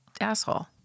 asshole